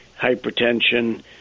hypertension